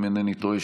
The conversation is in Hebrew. אם אינני טועה,